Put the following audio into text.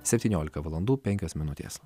septyniolika valandų penkios minutės